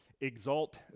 exalt